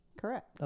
Correct